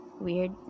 weird